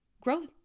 Growth